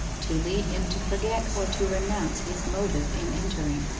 to lead him to forget or to renounce his motive in entering.